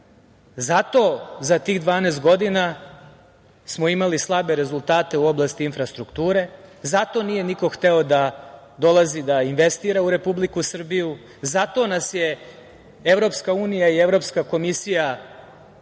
zato za tih 12 godina smo imali slabe rezultate u oblasti infrastrukture, zato nije niko hteo da dolazi da investira u Republiku Srbiju, zato su EU i Evropska komisija podsticale